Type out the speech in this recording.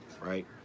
right